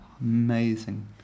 Amazing